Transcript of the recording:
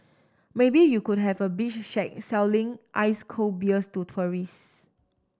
maybe you could have a beach shack selling ice cold beers to tourists